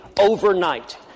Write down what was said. overnight